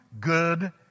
good